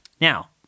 Now